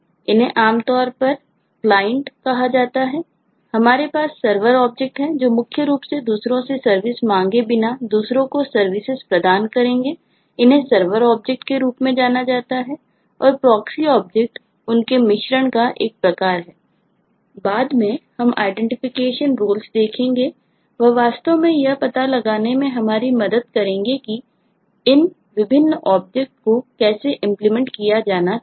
इन्हें आमतौर पर क्लाइंट किया जाना चाहिए